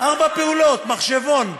ארבע פעולות, מחשבון,